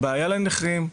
בעיה לנכים,